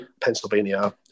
Pennsylvania